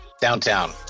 downtown